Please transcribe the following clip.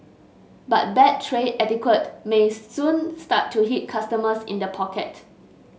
but bad tray etiquette may soon start to hit customers in the pocket